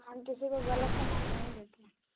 हम किसीको गलत सामान नहीं देते हैं